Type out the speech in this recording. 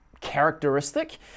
characteristic